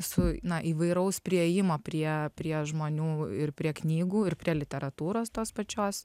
su na įvairaus priėjimo prie prie žmonių ir prie knygų ir prie literatūros tos pačios